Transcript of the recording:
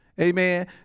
amen